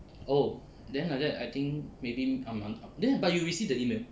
oh then like that I think maybe I'm I'm but you receive the email